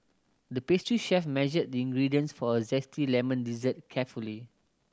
the pastry chef measured the ingredients for a zesty lemon dessert carefully